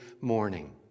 morning